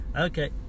Okay